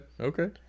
okay